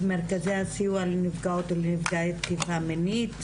מרכזי הסיוע לנפגעות ונפגעי תקיפה מינית,